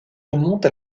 remonte